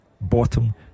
bottom